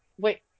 Wait